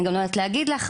אני גם לא יודעת להגיד לך.